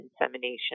insemination